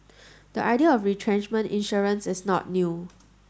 the idea of retrenchment insurance is not new